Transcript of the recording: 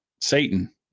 Satan